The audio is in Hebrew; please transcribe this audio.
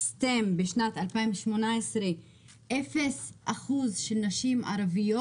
STEM בשנת 2018 אנחנו רואים אפס אחוז של נשים ערביות.